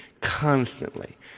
constantly